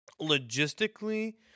Logistically